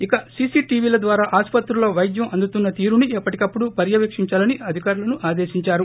ఇక సీసీటీవీల ద్వారా ఆస్సత్రులలో వైద్యం అందుతున్న తీరుని ఎప్పటికపుడు పర్యవేకించాలని అధికారులను ఆదేశించారు